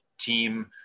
team